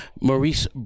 Maurice